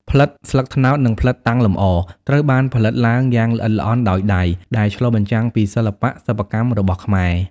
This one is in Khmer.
ផ្លិតស្លឹកត្នោត និងផ្លិតតាំងលម្អ ត្រូវបានផលិតឡើងយ៉ាងល្អិតល្អន់ដោយដៃ ដែលឆ្លុះបញ្ចាំងពីសិល្បៈសិប្បកម្មរបស់ខ្មែរ។